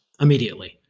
immediately